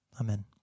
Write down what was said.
Amen